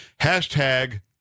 Hashtag